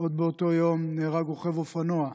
עוד באותו יום נהרג רוכב אופנוע,